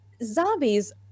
Zombies